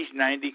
90